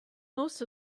most